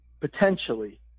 potentially